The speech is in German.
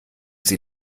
sie